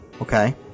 okay